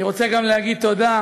אני רוצה גם להגיד תודה